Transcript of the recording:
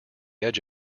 edge